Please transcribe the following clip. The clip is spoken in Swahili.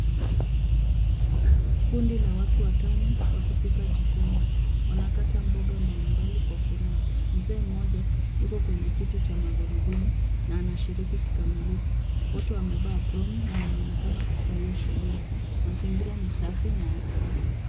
Kundi la watu watano wakipika jikoni. Wanakata mboga mbalimbali kwa furaha. Mzee mmoja yuko kwenye kiti cha magurudumu na anashiriki kikamilifu. Wote wamevaa aproni na wanaonekana kufurahia shughuli, mazingira ni safi na ya kisasa.